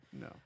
no